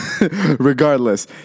Regardless